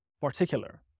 particular